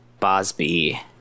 Bosby